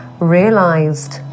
realized